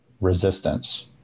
resistance